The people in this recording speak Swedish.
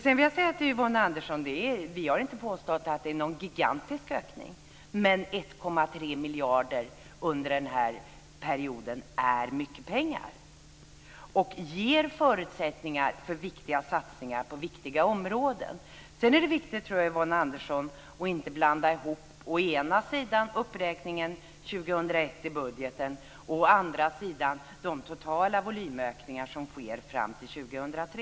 Sedan vill jag säga till Yvonne Andersson att vi inte har påstått att det är någon gigantisk ökning. Men 1,3 miljarder under den här perioden är mycket pengar och ger förutsättningar för viktiga satsningar på viktiga områden. Sedan tror jag att det är viktigt, Yvonne Andersson, att inte blanda ihop å enda sidan uppräkningen 2001 i budgeten, å andra sidan de totala volymökningar som sker fram till 2003.